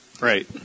Right